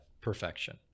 perfection